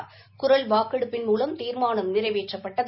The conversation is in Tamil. சூரல் வாக்கெடுப்பின் மூலம் தீர்மானம் நிறைவேற்றப்பட்டது